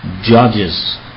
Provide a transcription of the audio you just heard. judges